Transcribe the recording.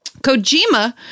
Kojima